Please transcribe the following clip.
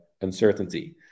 uncertainty